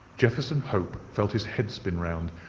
jefferson hope felt his head spin round,